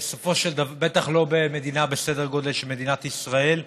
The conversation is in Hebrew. בטח לא במדינה בסדר גודל של מדינת ישראל.